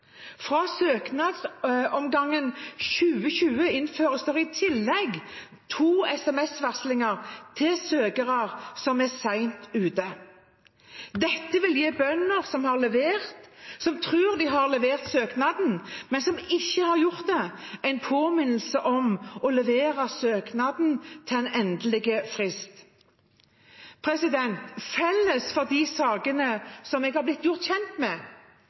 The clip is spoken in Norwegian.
Fra søknadsomgangen 2020 innføres det i tillegg to sms-varslinger til søkere som er sent ute. Dette vil gi bønder som tror de har levert søknaden, men som ikke har gjort det, en påminnelse om å levere søknaden til en endelig frist. Felles for de sakene som jeg er blitt gjort kjent med,